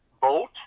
boat